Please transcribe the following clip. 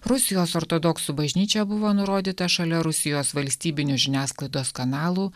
rusijos ortodoksų bažnyčia buvo nurodyta šalia rusijos valstybinių žiniasklaidos kanalų